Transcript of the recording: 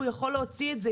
הוא יכול להוציא את זה.